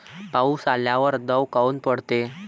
पाऊस आल्यावर दव काऊन पडते?